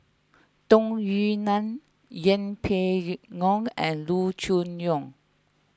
Tung Yue Nang Yeng Pway Ngon and Loo Choon Yong